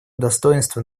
достоинства